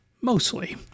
mostly